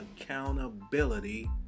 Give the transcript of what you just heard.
accountability